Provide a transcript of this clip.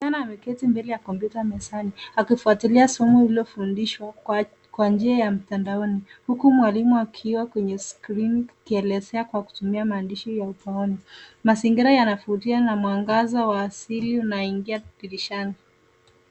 Msichana ameketi mbele ya kompyuta mezani akifuatilia somo lililofundishwa kwa njia ya mtandaoni, huku mwalimu akiwa kwenye skrini akielezea kutumia maandishi ya ubaoni. Mazingira yanavutia na mwangaza wa asili unaingia dirishani.